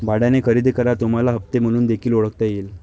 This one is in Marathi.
भाड्याने खरेदी करा तुम्हाला हप्ते म्हणून देखील ओळखता येईल